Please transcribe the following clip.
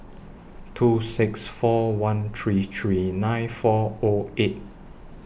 two six four one three three nine four O eight